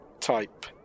Type